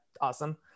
Awesome